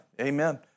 amen